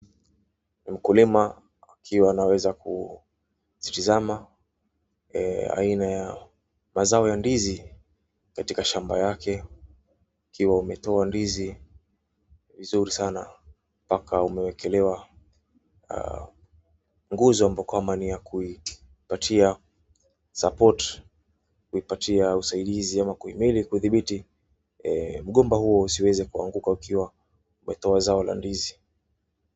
Mkulima akiwa anaweza kuzitazama aina ya mazao ya ndizi katika shamba yake ukiwa umetoa ndizi vizuri sana. Mpaka umewekelewa nguzo ambao kwamba ni ya kuipatia support kuipatia usaidizi ama kuimili kudhibiti mgomba huo usiweze kuanguka ukiwa umetoa zao la ndizi.